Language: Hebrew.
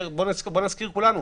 בואו ניזכר כולנו,